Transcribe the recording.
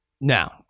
Now